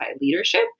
leadership